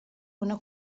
una